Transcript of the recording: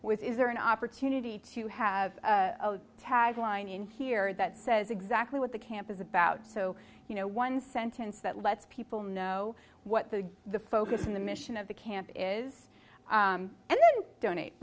with is there an opportunity to have a tagline in here that says exactly what the camp is about so you know one sentence that lets people know what the the focus on the mission of the camp is and donate